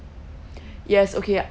yes okay